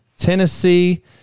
Tennessee